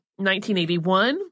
1981